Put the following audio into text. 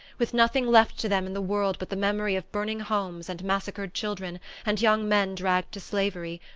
with nothing left to them in the world but the memory of burning homes and massacred children and young men dragged to slavery,